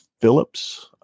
Phillips